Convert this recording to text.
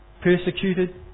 persecuted